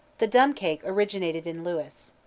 the dumb cake originated in lewis.